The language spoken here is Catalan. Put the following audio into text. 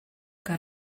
que